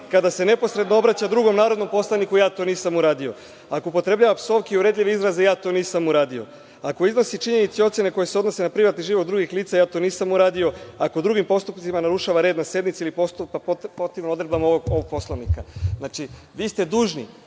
kada se neposredno obraća drugom narodnom poslaniku, ja to nisam uradio, ako upotrebljava psovke i uvredljive izraze, ja to nisam uradio, ako iznosi činjenice i ocene koje se odnose na privatni život drugih lica, ja to nisam uradio, ako drugim postupcima narušava red na sednici ili postupa protivno odredbama ovog Poslovnika. Znači, vi ste dužni